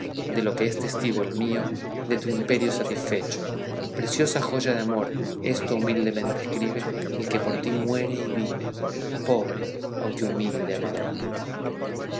de lo que es testigo el mío de tu imperio satisfecho preciosa joya de amor esto humildemente escribe el que por ti muere y vive pobre aunque humilde amador